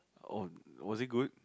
oh was it good